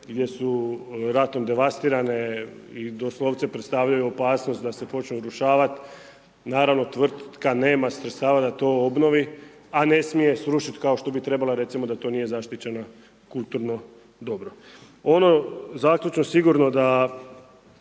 gdje su ratom devastirane i doslovce predstavljaju opasnost da se počnu urušavati. Naravno, tvrtka nema sredstava da to obnovi, a ne smije srušit kao što bi trebala, recimo da to nije zaštićeno kulturno dobro. Ono zaključno, sigurno da